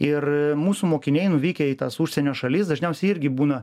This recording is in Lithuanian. ir mūsų mokiniai nuvykę į tas užsienio šalis dažniausiai irgi būna